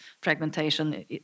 fragmentation